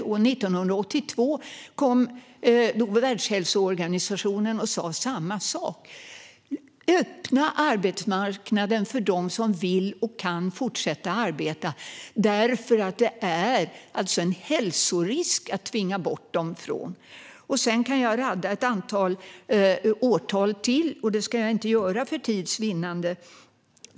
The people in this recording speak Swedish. År 1982 sa Världshälsoorganisationen samma sak: att man skulle öppna arbetsmarknaden för dem som vill och kan fortsätta arbeta därför att det är en hälsorisk att tvingas bort. Sedan kan jag rabbla upp ett antal årtal till, men det ska jag inte göra, för tids vinnande.